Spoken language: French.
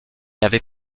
avait